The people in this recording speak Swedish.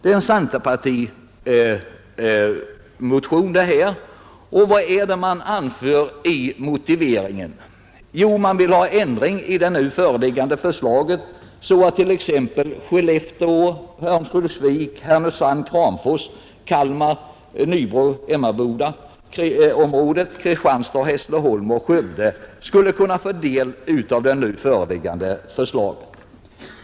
Det är en centerpartimotion, och vad är det man anför i motiveringen? Jo, man vill ha en ändring i det nu föreliggande förslaget så att t.ex. Skellefteå — Örnsköldsvik — Härnösand — Kramfors, Kalmar-Nybro Emmabodaområdet, Kristianstad — Hässleholm och Skövde skulle kunna få del av det nu föreliggande förslaget.